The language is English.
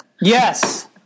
Yes